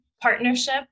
partnership